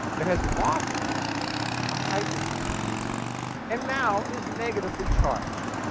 that has lost a hydrogen and now is negatively charged.